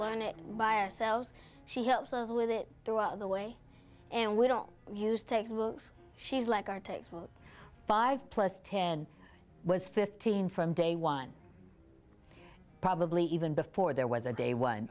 learn it by ourselves she helps us with it throughout the way and we don't use takes we'll she's like our textbook five plus ten was fifteen from day one probably even before there was a day one